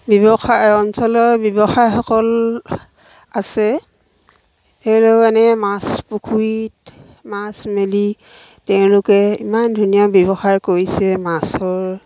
ব্যৱসায় অঞ্চলৰ ব্যৱসায়সকল আছে সেইবোৰ মানে মাছ পুখুৰীত মাছ মেলি তেওঁলোকে ইমান ধুনীয়া ব্যৱসায় কৰিছে মাছৰ